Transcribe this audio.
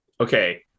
okay